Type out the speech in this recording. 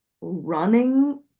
running –